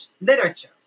literature